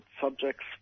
subjects